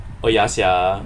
oh ya sia